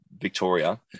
Victoria